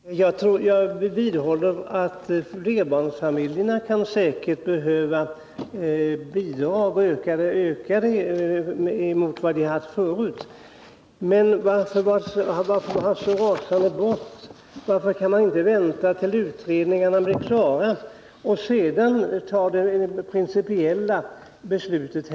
Herr talman! Jag vidhåller att flerbarnsfamiljerna säkert kan behöva höjda bidrag jämfört med vad de haft förut. Men varför ha så rasande bråttom? Varför kan man inte vänta tills utredningarna blir klara och därefter ta det principiella beslutet?